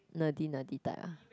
nerdy nerdy type ah